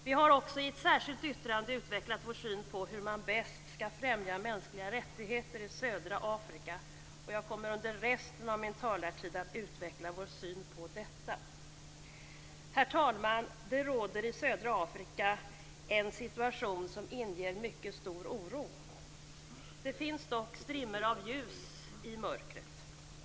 Vi har också i ett särskilt yttrande utvecklat vår syn på hur man bäst skall främja mänskliga rättigheter i södra Afrika, och jag kommer under resten av min talartid att utveckla vår syn på detta. Herr talman! Det råder i södra Afrika en situation som inger mycket stor oro. Det finns dock strimmor av ljus i mörkret.